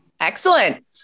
Excellent